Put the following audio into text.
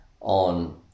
on